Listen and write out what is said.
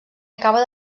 acaba